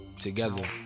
together